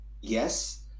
yes